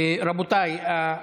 רבותיי,